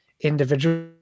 individual